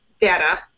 data